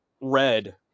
red